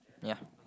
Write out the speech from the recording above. ya